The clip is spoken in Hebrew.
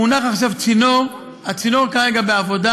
מונח עכשיו צינור, הצינור כרגע בעבודה,